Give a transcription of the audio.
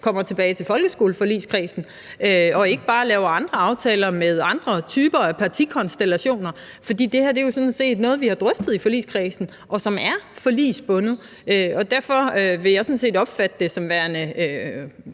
kommer tilbage til folkeskoleforligskredsen og ikke bare laver andre aftaler med andre typer af partikonstellationer, for det her er jo sådan set noget, vi har drøftet i forligskredsen, og som er forligsbundet. Derfor vil jeg sådan set opfatte det som værende